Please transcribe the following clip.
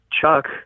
Chuck